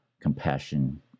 compassion